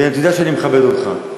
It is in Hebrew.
ואתה יודע שאני מכבד אותך.